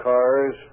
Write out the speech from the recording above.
Cars